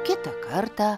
kitą kartą